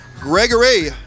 Gregory